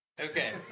Okay